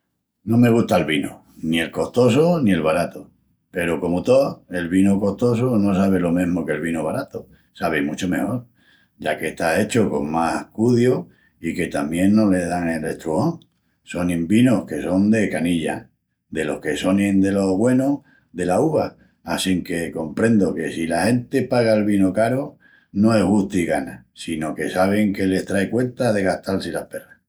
No me gusta'l vinu, ni el costosu ni el baratu. Peru comu tó, el vinu costosu no sabi lo mesmu que'l vinu baratu, sabi muchu mejol, ya que está hechu con más cudiu i que tamién no le dan el estrujón. Sonin vinus que son de canilla, delos que sonin delo güenu dela uva. Assínque comprendu que si la genti paga'l vinu caru no es gustu i gana, sino que sabin que les trai cuenta de gastal-si las perras.